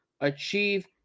achieve